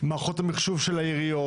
מערכות המחשוב של העיריות.